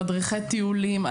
מדריכי טיולים,